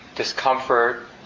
discomfort